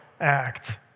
act